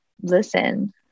listen